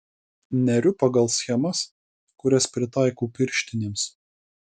neriu pagal schemas kurias pritaikau pirštinėms